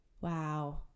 Wow